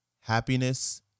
happiness